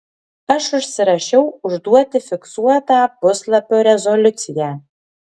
aš užsirašiau užduoti fiksuotą puslapio rezoliuciją